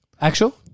actual